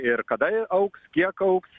ir kada jie augs kiek augs